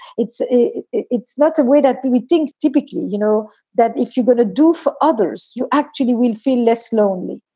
it's it's not the way that that we think. typically, you know that if you're going to do for others, you actually will feel less lonely.